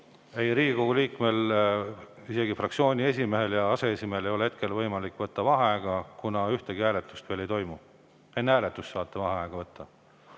Riigikogu liikmel, isegi fraktsiooni esimehel ja aseesimehel, ei ole hetkel võimalik võtta vaheaega, kuna ühtegi hääletust ei toimu. Enne hääletust saate vaheaja võtta.